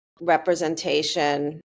representation